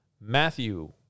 Matthew